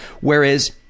Whereas